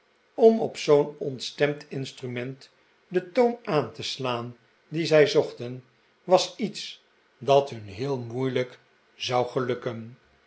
om op zoo'n ontstemd instrument den toon aan te slaan dien zij zochten was iets dat hun heel moeilijk zou gelukken